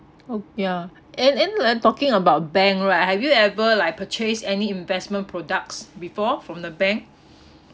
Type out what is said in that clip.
oh yeah and then like talking about bank right have you ever like purchase any investment products before from the bank